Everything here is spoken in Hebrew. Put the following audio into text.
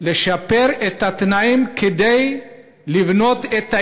לשפר את התנאים כדי לבנות את האמון,